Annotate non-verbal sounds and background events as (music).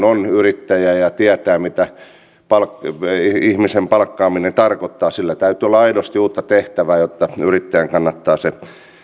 (unintelligible) on yrittäjä ja tietää mitä ihmisen palkkaaminen tarkoittaa täytyy olla aidosti uutta tehtävää jotta yrittäjän kannattaa se